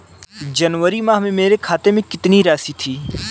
जनवरी माह में मेरे खाते में कितनी राशि थी?